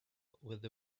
with